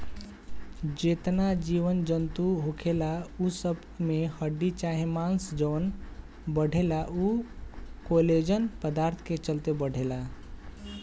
जेतना जीव जनतू होखेला उ सब में हड्डी चाहे मांस जवन बढ़ेला उ कोलेजन पदार्थ के चलते बढ़ेला